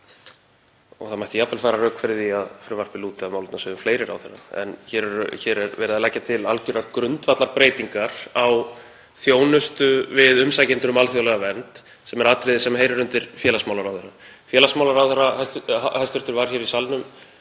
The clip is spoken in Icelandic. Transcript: og það mætti jafnvel færa rök fyrir því að frumvarpið lúti að málefnasviðum fleiri ráðherra. En hér er verið að leggja til algerar grundvallarbreytingar á þjónustu við umsækjendur um alþjóðlega vernd sem er atriði sem heyrir undir félagsmálaráðherra. Hæstv. félagsmálaráðherra var hér í salnum